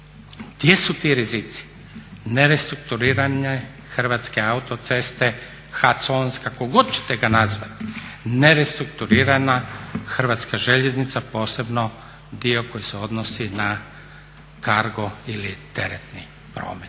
Gdje su ti rizici? Nestrukturirane Hrvatske autoceste, HAC ONCE kako hoćete ga nazvati, nerestrukturirana Hrvatska željeznica posebno dio koji se odnosi na Cargo ili teretni promet.